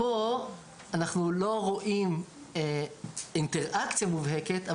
פה אנחנו לא רואים אינטרקציה מובהקת,